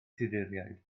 tuduriaid